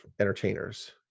entertainers